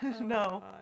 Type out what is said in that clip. No